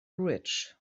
rich